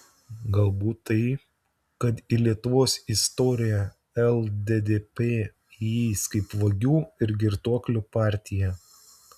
galbūt tai kad į lietuvos istoriją lddp įeis kaip vagių ir girtuoklių partija